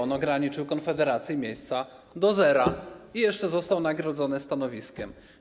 On ograniczył Konfederacji miejsca do zera i jeszcze został nagrodzony stanowiskiem.